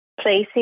placing